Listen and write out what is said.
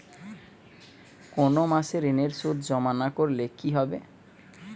কোনো মাসে ঋণের সুদ জমা না করলে কি হবে?